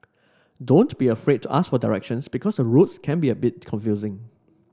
don't be afraid to ask for directions because the roads can be a bit confusing